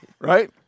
right